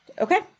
Okay